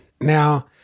Now